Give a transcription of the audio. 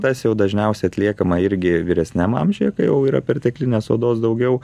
tas jau dažniausiai atliekama irgi vyresniam amžiuje kai jau yra perteklinės odos daugiau